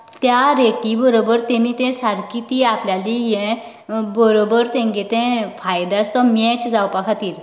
त्या रेटी बरोबर तेमी तें सारके ती आपल्याली हे बरोबर तेंगेली तें फायदो आस तो मेच जावपा खातीर